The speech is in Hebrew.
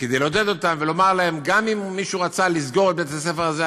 כדי לעודד אותם ולומר להם: גם אם מישהו רצה לסגור את בית-הספר הזה,